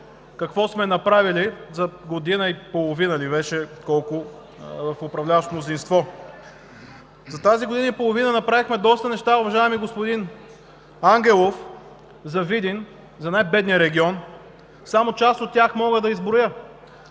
какво сме направили за година и половина ли беше, колко, в управляващото мнозинство? За тази година и половина направихме доста неща, уважаеми господин Ангелов, за Видин, за най-бедния регион. Само част от тях мога да изброя,